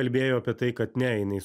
kalbėjo apie tai kad ne jinai